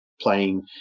playing